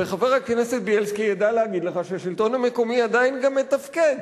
וחבר הכנסת בילסקי ידע להגיד לך שהשלטון המקומי עדיין גם מתפקד.